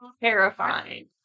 terrifying